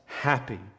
happy